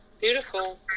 beautiful